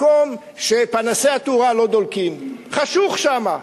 מקום שפנסי התאורה לא דולקים וחשוך שם.